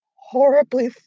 horribly